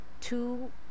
two